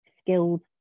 skilled